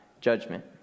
judgment